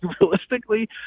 Realistically